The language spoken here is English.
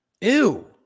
Ew